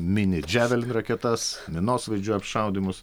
mini javelin raketas minosvaidžių apšaudymus